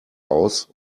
aus